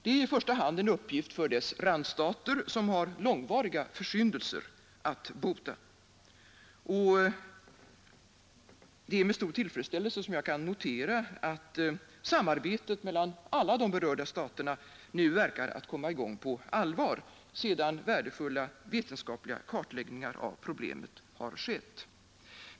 Det är i första hand en uppgift för dess randstater, som har långvariga försyndelser att bota. Det är med tillfredsställelse jag kan notera att samarbetet mellan alla de berörda staterna nu verkar att komma i gång på allvar sedan värdefulla vetenskapliga kartläggningar av problemet har skett.